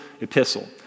epistle